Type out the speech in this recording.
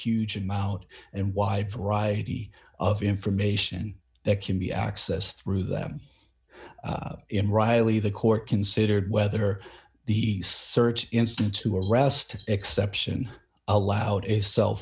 huge amount and wide variety of information that can be accessed through them in riley the court considered whether the search instant to arrest exception allowed a cell